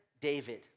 David